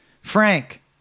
Frank